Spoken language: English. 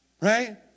right